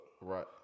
Right